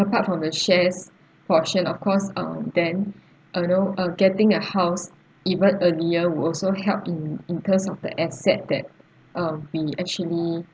apart from the shares portion of course um then uh you know uh getting a house even earlier will also help in in case of the asset that um we actually